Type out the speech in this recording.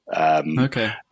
okay